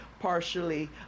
partially